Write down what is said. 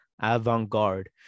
avant-garde